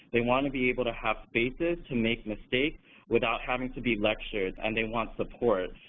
they want to be able to have spaces to make mistakes without having to be lectured, and they want support.